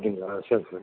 அப்படிங்களா சரி சரி